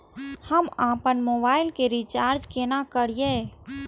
हम आपन मोबाइल के रिचार्ज केना करिए?